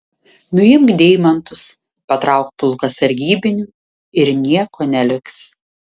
nuimk deimantus patrauk pulką sargybinių ir nieko neliks